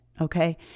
okay